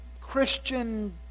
Christian